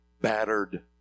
battered